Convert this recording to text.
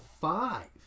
five